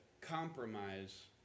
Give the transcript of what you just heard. compromise